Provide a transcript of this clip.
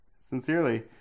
sincerely